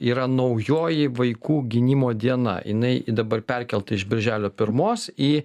yra naujoji vaikų gynimo diena jinai dabar perkelta iš birželio pirmos į